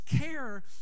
care